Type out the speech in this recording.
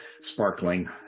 sparkling